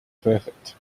perfect